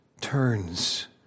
turns